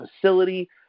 facility